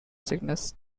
sickness